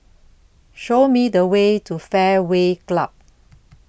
Show Me The Way to Fairway Club